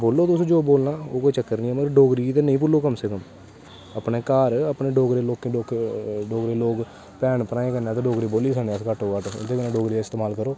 बोलो तुस जो बोलना ओह् कोई चक्कर नी मगर डोगरी गीते नी भुल्लो कम से कम अपने घर अपने डोगरें लोकें बिच्च अपने डोगरे भैन भ्रहें कन्नै ते डोगरी बोली सकने कम से कम उंदे कन्नै डोगरी दा इस्तेमाल करो